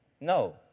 No